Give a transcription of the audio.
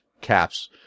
caps